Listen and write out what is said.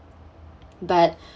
but